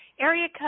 area